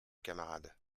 camarade